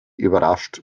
überrascht